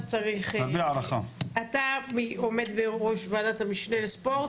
אתה עומד בראש ועדת המשנה לספורט.